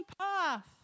path